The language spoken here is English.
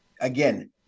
again